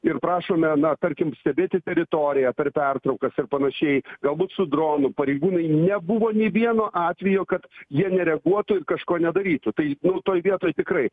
ir prašome na tarkim stebėti teritoriją per pertraukas ir panašiai galbūt su dronu pareigūnai nebuvo nei vieno atvejo kad jie nereaguotų ir kažko nedarytų tai nu toj vietoj tikrai